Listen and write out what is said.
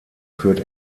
führt